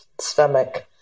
stomach